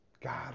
God